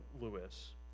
Lewis